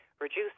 reduce